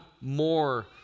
more